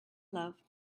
love